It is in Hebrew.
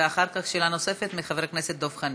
ואחר כך שאלה נוספת של חבר הכנסת דב חנין.